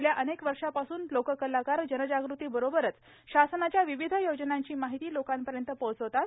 गेल्या अनेक वर्षापासून लोककलाकार जनजागृती बरोबर शासनाच्या विविध योजनांची माहिती लोकांपर्यंत पोहोचवत आहेत